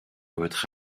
votre